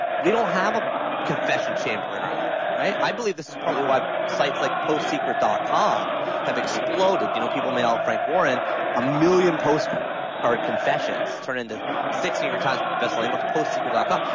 we don't have a confession chamber in our life, right? i believe this is partly why sites like postsecret dot com have exploded. you know people mail frank warren a million post or confessions turn into sixth new york times bestselling books, postsecret dot com.